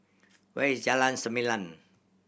where is Jalan Selimang